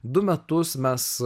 du metus mes